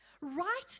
Right